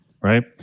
right